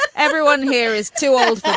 but everyone here is too old.